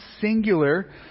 singular